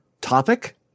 topic